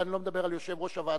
ואני לא מדבר על יושב-ראש הוועדה,